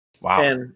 Wow